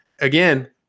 again